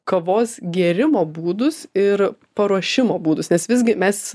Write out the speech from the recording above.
kavos gėrimo būdus ir paruošimo būdus nes visgi mes